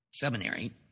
seminary